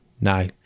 no